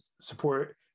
support